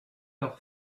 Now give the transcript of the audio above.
leurs